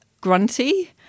grunty